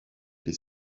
les